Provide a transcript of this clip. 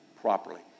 properly